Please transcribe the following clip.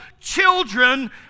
children